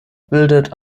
bildet